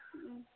ம்